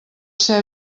ser